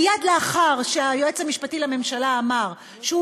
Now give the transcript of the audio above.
מייד לאחר שהיועץ המשפטי לממשלה אמר שהוא